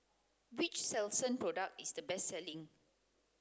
which Selsun product is the best selling